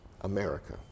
America